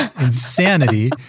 Insanity